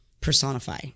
personify